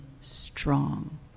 strong